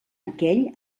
aquell